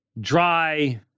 dry